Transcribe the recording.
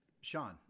Sean